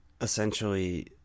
essentially